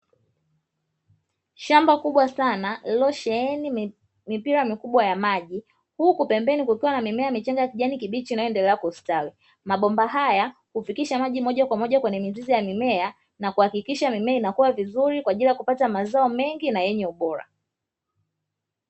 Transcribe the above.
Shamba kubwa sana lililosheheni mipira mikubwa ya maji, huku pembeni kukiwa na mimea michanga ya kijani kibichi inayoendelea kustawi, mabomba haya kufikisha maji moja kwa moja kwenye mizizi ya mimea na kuhakikisha mimea inakuwa vizuri kwa ajili ya kupata mazao mengi na yenye ubora.